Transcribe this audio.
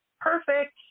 perfect